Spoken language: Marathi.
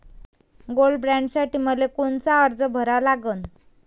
गोल्ड बॉण्डसाठी मले कोनचा अर्ज भरा लागन?